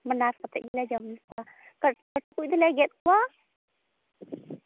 ᱵᱟᱱᱟᱨ ᱠᱟᱛᱮᱫ ᱜᱮᱞᱮ ᱡᱚᱢ ᱠᱚᱣᱟ ᱞᱟᱹᱴᱩ ᱠᱚᱫᱚᱞᱮ ᱜᱮᱫ ᱠᱚᱣᱟ